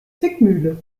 zwickmühle